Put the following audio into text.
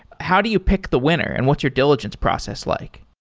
how do you pick the winner and what's your diligence process like?